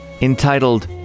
entitled